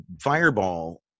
fireball